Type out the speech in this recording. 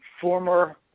former